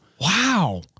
Wow